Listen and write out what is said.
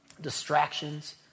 distractions